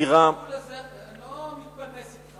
אני לא מתפלמס אתך.